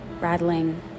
rattling